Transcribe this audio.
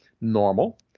normal